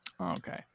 Okay